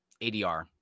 ADR